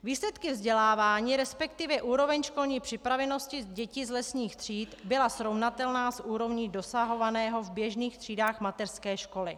Výsledky vzdělávání, resp. úroveň školní připravenosti dětí z lesních tříd byla srovnatelná s úrovní dosahovanou v běžných třídách mateřské školy.